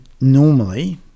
normally